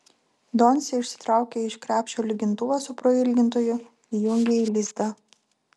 doncė išsitraukė iš krepšio lygintuvą su prailgintoju įjungė į lizdą